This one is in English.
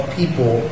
people